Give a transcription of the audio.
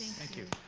thank you